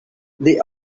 they